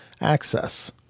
access